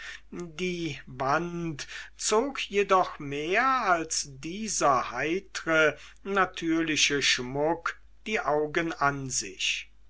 die wand zog jedoch mehr als dieser heitre natürliche schmuck die augen an sich